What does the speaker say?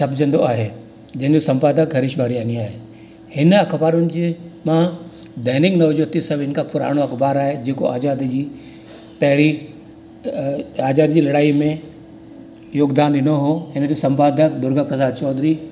छपजंदो आहे जंहिंमें संपादक खरिश वारियानी आहे हिन अख़बारुनि जी मां दैनिक नवज्योति सभिनि खां पुराणो अख़बार आहे जेको आजादीअ जी पहिरीं अ राजा जी लड़ाई में योगदानु ॾिनो हो हिन जो संपादक दुर्गा प्रसाद चौधरी